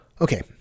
Okay